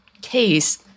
case